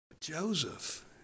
Joseph